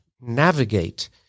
navigate